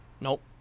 Nope